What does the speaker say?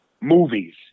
movies